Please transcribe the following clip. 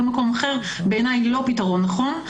מקום אחר היא בעיניי לא פתרון נכון.